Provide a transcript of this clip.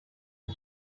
few